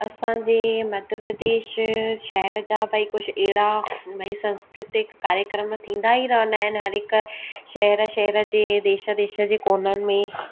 असांजे मध्य प्रदेश शहर जा भाई कुझु अहिड़ा बई सांस्कृतिक कार्यक्रम थींदा ई रहंदा आहिनि हर हिकु शहर शहर जे देश देश जे कोननि में